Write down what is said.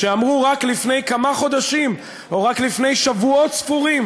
שאמרו רק לפני כמה חודשים או רק לפני שבועות ספורים